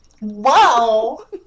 Wow